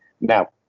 now